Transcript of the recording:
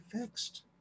fixed